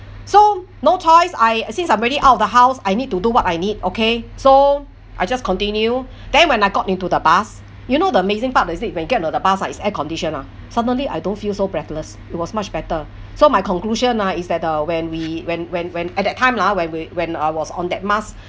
so no choice I since I'm already out of the house I need to do what I need okay so I just continue then when I got into the bus you know the amazing part of this when get into the bus uh is air condition ah suddenly I don't feel so breathless it was much better so my conclusion ah is that uh when we when when when at that time lah when we when I was on that mask